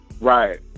Right